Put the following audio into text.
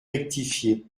rectifié